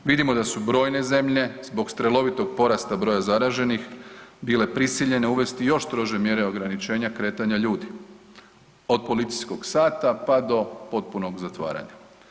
Vidimo da su brojne zemlje zbog strelovitog porasta broja zaraženih bile prisiljene uvesti još strože mjere ograničenja kretanja ljudi od policijskog sata pa do potpunog zatvaranja.